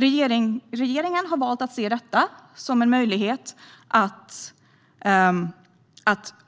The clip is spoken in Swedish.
Regeringen har valt att se detta som en möjlighet att